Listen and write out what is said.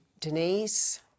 Denise